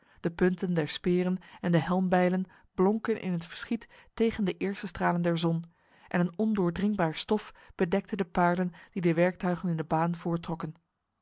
de punten der speren en de helmbijlen blonken in het verschiet tegen de eerste stralen der zon en een ondoordringbaar stof bedekte de paarden die de werktuigen in de baan